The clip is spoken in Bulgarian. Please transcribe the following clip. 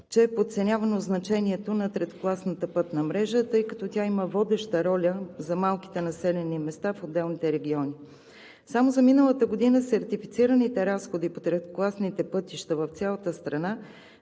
че е подценявано значението на третокласната пътна мрежа, тъй като тя има водеща роля за малките населени места в отделните региони. Само за миналата година сертифицираните разходи по третокласните пътища в цялата страна